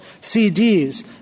CDs